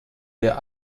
der